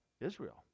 Israel